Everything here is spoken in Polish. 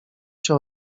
się